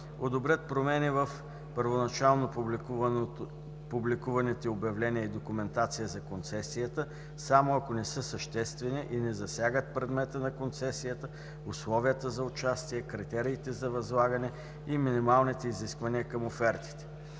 одобрят промени в първоначално публикуваните обявление и документация за концесията само ако не са съществени и не засягат предмета на концесията, условията за участие, критериите за възлагане и минималните изисквания към офертите.